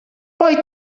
poi